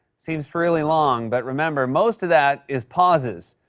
seems really long, but remember, most of that is pauses.